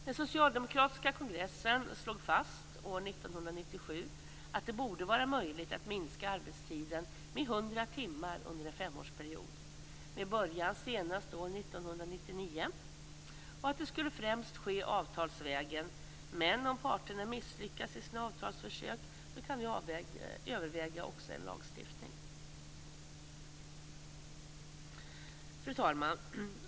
Den socialdemokratiska kongressen slog 1997 fast att det borde vara möjligt att minska arbetstiden med 100 timmar under en femårsperiod med början senast år 1999 och att det främst skulle ske avtalsvägen. Men om parterna misslyckas i sina avtalsförsök kan vi också överväga en lagstiftning. Fru talman!